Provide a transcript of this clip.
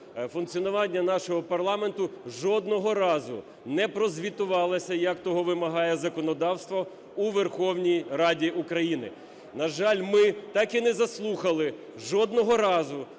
функціонування нашого парламенту жодного разу не прозвітувалася, як того вимагає законодавство, у Верховній Раді України. На жаль, ми так і не заслухали жодного разу